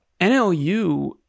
NLU